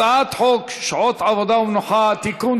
הצעת חוק שעות עבודה ומנוחה (תיקון,